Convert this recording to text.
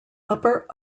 upper